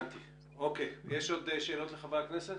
חברי הכנסת,